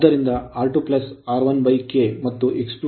ಆದ್ದರಿಂದ R2 R1k ಮತ್ತು Xe2 X2 X 1K 2